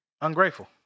Ungrateful